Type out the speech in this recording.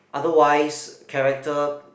otherwise character